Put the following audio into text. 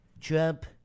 Trump